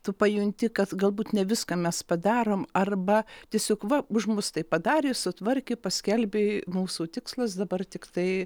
tu pajunti kad galbūt ne viską mes padarom arba tiesiog va už mus tai padarė sutvarkė paskelbė mūsų tikslas dabar tiktai